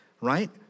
right